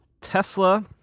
Tesla